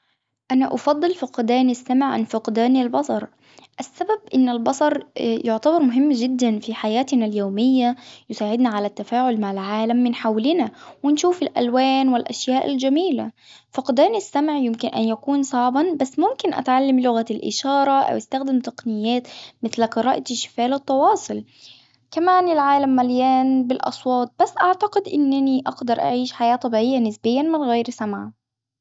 أنا أفضل فقدان السمع عن فقدان البصر، السبب أن البصر يعتبر مهم جدا في حياتنا اليومية، يساعدنا على التفاعل مع العالم من حولنا، ونشوف الألوان والأشياء الجميلة، فقدان السمع يمكن أن يكون صعبا بس ممكن أتعلم لغة الاشارة ، أو إستخدم تقني مثل قراءة كفالة التواصل، كمان العالم مليان بالأصوات بس أعتقد أنني أقدر أعيش حياة طبيعية نسبيا من غير سمع.